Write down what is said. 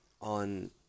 on